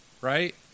right